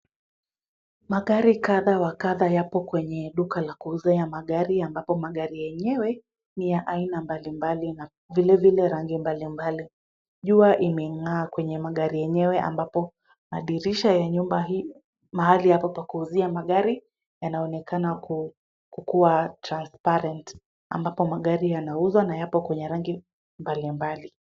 Magari kadha wa kadha yapo kwenye duka la kuuzia magari ambapo magari yenyewe ni ya aina mbalimbali na vile vile rangi mbalimbali. Jua imeng'aa kwenye magari yenyewe ambapo madirisha ya nyumba hii mahali hapa pa kuuzia magari yanaonekana kukuwa transparent ambapo magari yanauzwa na yapo kwenye rangi mbalimbali.